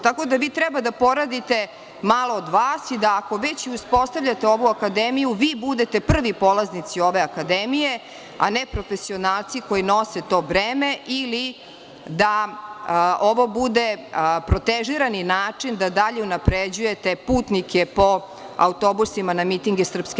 Tako da vi treba da poradite malo od sebe i da, ako već uspostavljate ovu akademiju, vi budete prvi polaznici ove akademije, a ne profesionalci koji nose to breme ili da ovo bude protežirani način da dalje unapređujete putnike po autobusima na mitinge SNS.